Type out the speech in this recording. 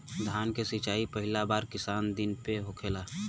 धान के सिचाई पहिला बार कितना दिन पे होखेला?